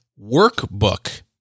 Workbook